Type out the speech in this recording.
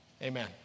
amen